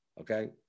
Okay